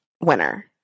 winner